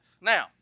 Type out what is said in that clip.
Now